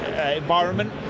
environment